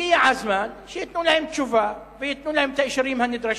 הגיע הזמן שייתנו להם תשובה וייתנו להם את האישורים הנדרשים.